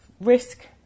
risk